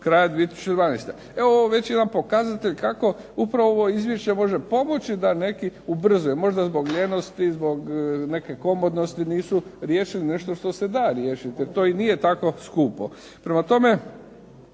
kraja 2012. Evo ovo je već jedan pokazatelj kako upravo ovo izvješće može pomoći da neki ubrzaju, možda zbog lijenosti, zbog neke komodnosti nisu riješili nešto što se da riješiti, jer to i nije tako skupo. Prema tome,